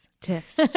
tiff